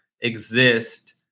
exist